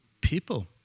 people